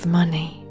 money